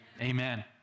Amen